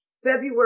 February